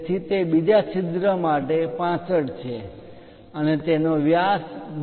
તેથી તે બીજા છિદ્ર માટે 65 છે અને તેનો વ્યાસ 10 છે